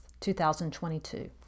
2022